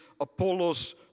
Apollos